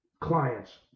clients